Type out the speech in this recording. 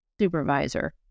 supervisor